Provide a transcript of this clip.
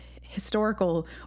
historical